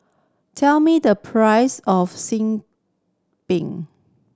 tell me the price of xin Bin